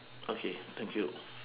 okay thank you